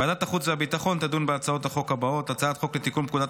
ועדת החוץ והביטחון תדון בהצעות החוק הבאות: הצעת חוק לתיקון פקודת